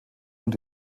und